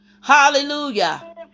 Hallelujah